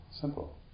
Simple